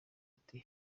ati